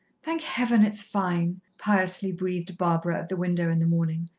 thank heaven it's fine, piously breathed barbara at the window in the morning.